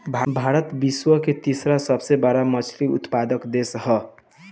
भारत विश्व के तीसरा सबसे बड़ मछली उत्पादक देश ह